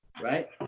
right